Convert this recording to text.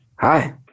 Hi